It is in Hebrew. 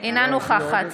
אינה נוכחת